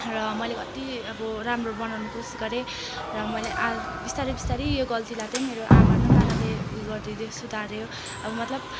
र मैले कत्ति अब राम्रो बनाउनु कोसिस गरेँ र मैले आ बिस्तारै बिस्तारै यो गल्तीलाई चाहिँ मेरो आमा र नानाले उयो गरिदिँदै सुधार्यो अब मतलब